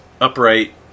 upright